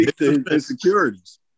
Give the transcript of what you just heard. insecurities